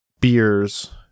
beers